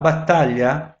battaglia